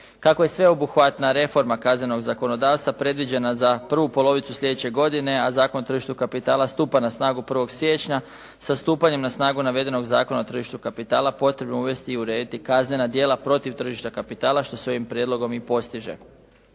Kako je sveobuhvatna reforma kaznenog zakonodavstva predviđena za prvu polovicu slijedeće godine, a Zakon o tržištu kapitala stupa na snagu 1. siječnja, sa stupanjem na snagu navedenog Zakona o tržištu kapitala potrebno je uvesti i urediti kaznena djela protiv tržišta kapitala, što se ovim prijedlogom i postiže.